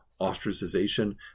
ostracization